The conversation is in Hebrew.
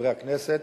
חברי הכנסת,